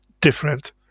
different